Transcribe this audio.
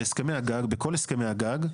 הסכמי הגג,